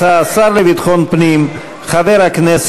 שלהן, או באתר האינטרנט